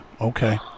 Okay